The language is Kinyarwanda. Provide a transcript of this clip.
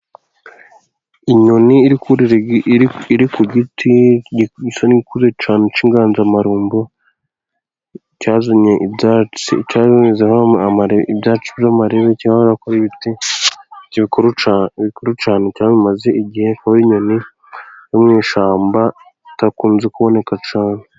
Inyoni iri kurira, iri ku giti gikuru cyane cy'inganzamarumbu cyazanyeho ibyatsi by'amarebe cyangwa urabonako ari ibiti bikuru cyane bimaze igihe, ikaba ari inyoni yo mu ishyamba idakunze kuboneka cyane.